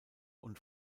und